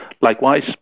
Likewise